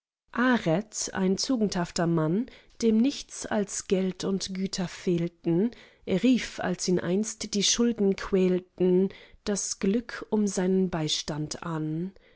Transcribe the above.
ein tugendhafter mann dem nichts als geld und güter fehlten rief als ihn einst die schulden quälten das glück um seinen beistand an